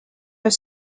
were